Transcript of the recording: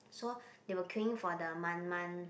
so they were queuing for the Man-Man